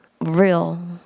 real